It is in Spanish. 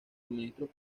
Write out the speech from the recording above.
suministros